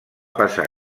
passar